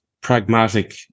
pragmatic